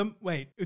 wait